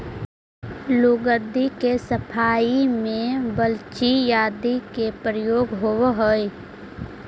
लुगदी के सफाई में ब्लीच आदि के प्रयोग होवऽ हई